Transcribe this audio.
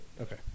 Okay